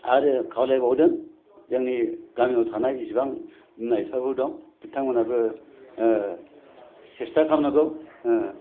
आरो खावलायबावदों जोंनि गामियाव थानाय जिसेबां बिमा बिफाफोर दं बिथांमोनाबो सेसथा खालामनांगौ